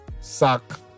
Suck